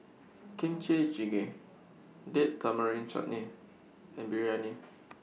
Kimchi Jjigae Date Tamarind Chutney and Biryani